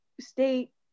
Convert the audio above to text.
state